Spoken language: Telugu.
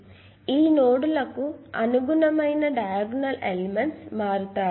కాబట్టి ఈ నోడ్లకు అనుగుణమైన డయాగోనల్ ఎలెమెంట్స్ మారుతాయి